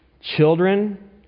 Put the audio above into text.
children